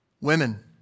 Women